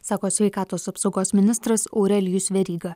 sako sveikatos apsaugos ministras aurelijus veryga